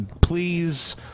please